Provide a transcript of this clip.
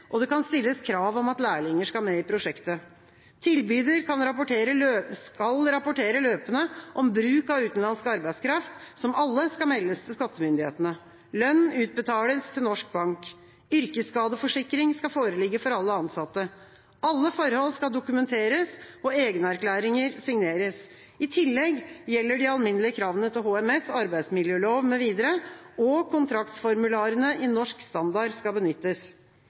og det kan stilles krav om at lærlinger skal med i prosjektet. Tilbyder skal rapportere løpende om bruk av utenlandsk arbeidskraft, som alle skal meldes til skattemyndighetene. Lønn utbetales til norsk bank. Yrkesskadeforsikring skal foreligge for alle ansatte. Alle forhold skal dokumenteres og egenerklæringer signeres. I tillegg gjelder de alminnelige kravene til HMS, arbeidsmiljølov mv., og kontraktsformularene i Norsk Standard skal benyttes.